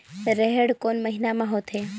रेहेण कोन महीना म होथे?